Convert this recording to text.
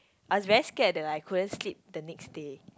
I was very scared that I couldn't sleep the next day